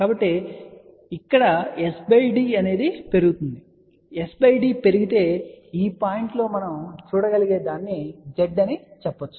కాబట్టి చూడవచ్చు ఇక్కడ s d పెరుగుతోంది కాబట్టి s d పెరిగితే ఈ పాయింట్ లో మనం చూడగలిగేదాన్ని Z అని చెప్పవచ్చు